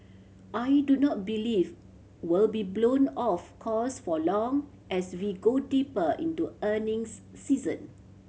I do not believe will be blown off course for long as we go deeper into earnings season